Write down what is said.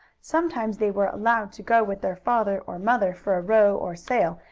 sometimes they were allowed to go with their father or mother for a row or sail,